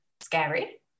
scary